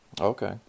Okay